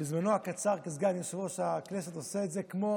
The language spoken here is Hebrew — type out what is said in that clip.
בזמנו הקצר כסגן יושב-ראש הכנסת עושה את זה כמו